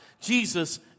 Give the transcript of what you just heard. Jesus